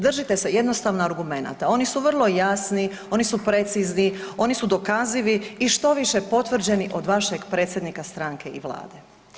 Držite se jednostavno argumenata, oni su vrlo jasni, oni su precizni, oni su dokazivi i štoviše potvrđeni od vašeg predsjednika stranke i Vlade.